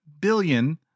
billion